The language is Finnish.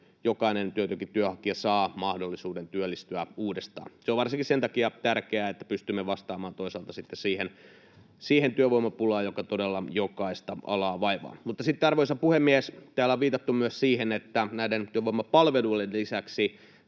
jokainen työtön työnhakija saa mahdollisuuden työllistyä uudestaan. Se on tärkeää varsinkin sen takia, että pystymme vastaamaan toisaalta sitten siihen työvoimapulaan, joka todella jokaista alaa vaivaa. Arvoisa puhemies! Sitten täällä on viitattu myös siihen, että näiden työvoimapalveluiden lisäksi